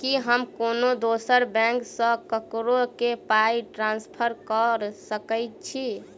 की हम कोनो दोसर बैंक सँ ककरो केँ पाई ट्रांसफर कर सकइत छि?